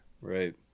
Right